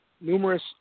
numerous